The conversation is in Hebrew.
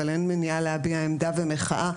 אבל אין מניעה להביע עמדה ומחאה,